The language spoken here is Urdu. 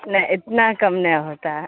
نہیں اتنا کم نہیں ہوتا ہے